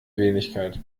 wenigkeit